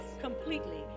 completely